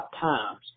times